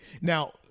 Now